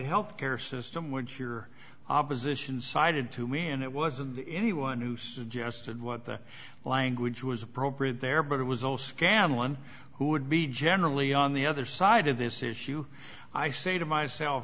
health care system which your opposition cited to me and it wasn't any one who suggested what the language was appropriate there but it was all scam one who would be generally on the other side of this issue i say to myself